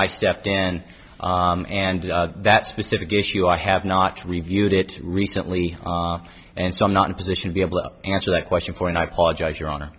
i stepped in and that specific issue i have not reviewed it recently and so i'm not in position to be able to answer that question for and i apologize your honor